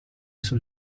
sul